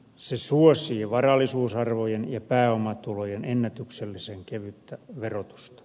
se suosii varallisuusarvojen ja pääomatulojen ennätyksellisen kevyttä verotusta